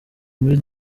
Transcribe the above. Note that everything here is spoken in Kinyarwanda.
muri